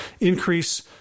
increase